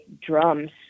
drums